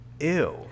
ew